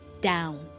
down